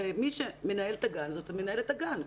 הרי מי שמנהל את הגן זאת מנהלת הגן.